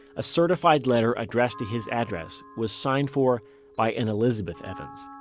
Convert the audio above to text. a certified letter addressed to his address was signed for by an elizabeth evans.